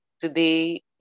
today